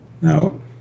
No